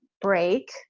break